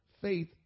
Faith